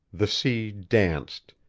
the sea danced,